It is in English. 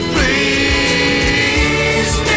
Please